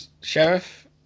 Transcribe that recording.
sheriff